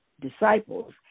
disciples